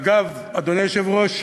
אגב, אדוני היושב-ראש,